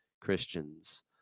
Christians